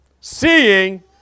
seeing